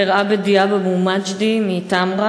ח'יר עבד דיאב אבו מג'די מתמרה.